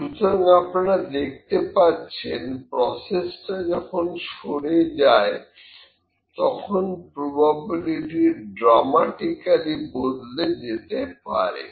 সুতরাং আপনারা দেখতে পাচ্ছেন প্রসেস যখন সরে যায় তখন প্রবাবিলিটি ড্রামাটিকালি বদলে যেতে পারে